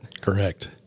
Correct